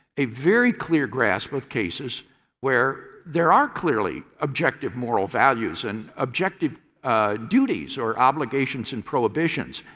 a very clear grasp of cases where there are clearly objective moral values and objective duties or obligations and prohibitions.